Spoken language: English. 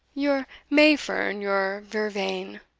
your mayfern, your vervain,